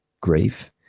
grief